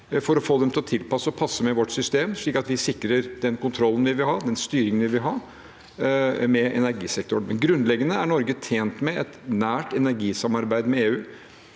for å få dem til å passe med vårt system, slik at vi sikrer den kontrollen og den styringen vi vil ha med energisektoren. Grunnleggende er Norge tjent med et nært energisamarbeid med EU.